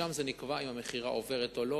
שם נקבע אם המכירה עוברת או לא.